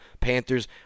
Panthers